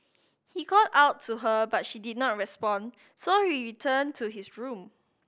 he called out to her but she did not respond so he returned to his room